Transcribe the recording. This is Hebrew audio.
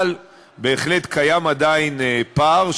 אבל בהחלט קיים עדיין פער,